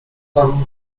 tam